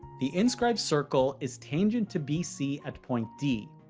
the inscribed circle is tangent to bc at point d.